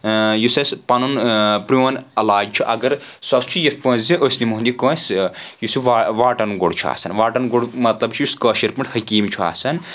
یُس اسہِ پنُن پرٛون علاج چھُ اگر سُہ ہسا چھُ یِتھ پٲٹھۍ زِ أسۍ نِمہون یہِ کٲنٛسہِ یُس یہِ وا واٹَن گُر چھُ آسَان واٹَن گُر مطلب چھُ یُس کٲشِر پٲٹھۍ حٔکیٖم چھُ آسَان